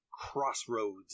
crossroads